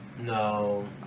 No